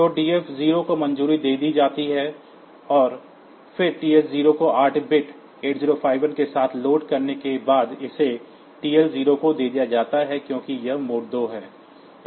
तो TF0 को मंजूरी दे दी जाती है फिर TH0 को आठ बिट 8051 के साथ लोड करने के बाद इसे TL0 को दिया जाता है क्योंकि यह मोड 2 है